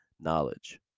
knowledge